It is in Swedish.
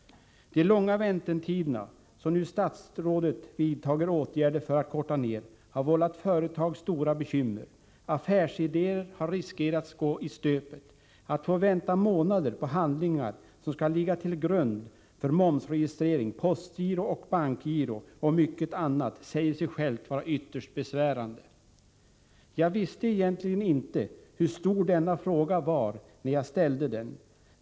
De långa väntetiderna — som statsrådet nu vidtar åtgärder för att korta ned — har vållat företag stora bekymmer. Affärsidéer har riskerat att gå i stöpet. Att få vänta i månader på handlingar som skall ligga till grund för momsregistrering, postgiro, bankgiro och mycket annat är ytterst besvärande, det säger sig självt. Jag visste inte hur stor denna fråga egentligen var när jag ställde den.